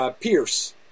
Pierce